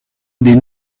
des